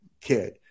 kid